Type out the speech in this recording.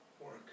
work